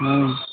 हाँ